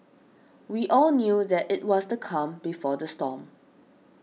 we all knew that it was the calm before the storm